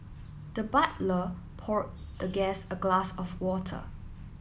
the butler poured the guest a glass of water